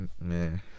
man